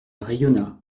rayonna